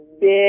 big